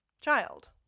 child